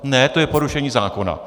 Ne, to je porušení zákona.